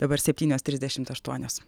dabar septynios trisdešimt aštuonios